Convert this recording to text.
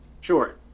Sure